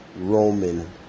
Roman